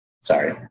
Sorry